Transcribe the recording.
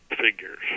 figures